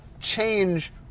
change